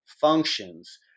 functions